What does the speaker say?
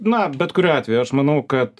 na bet kuriuo atveju aš manau kad